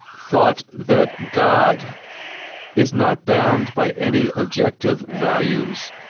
thought that god is not bound by any objective values,